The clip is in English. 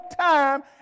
time